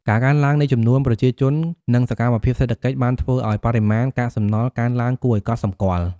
ការកើនឡើងនៃចំនួនប្រជាជន និងសកម្មភាពសេដ្ឋកិច្ច បានធ្វើឲ្យបរិមាណកាកសំណល់កើនឡើងគួរឲ្យកត់សម្គាល់។